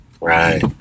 Right